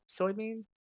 Soybean